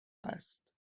است